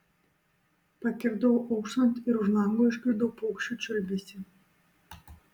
pakirdau auštant ir už lango išgirdau paukščių čiulbesį